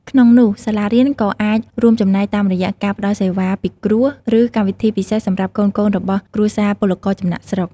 ក្នុងនោះសាលារៀនក៏អាចរួមចំណែកតាមរយៈ ការផ្តល់សេវាពិគ្រោះ ឬកម្មវិធីពិសេសសម្រាប់កូនៗរបស់គ្រួសារពលករចំណាកស្រុក។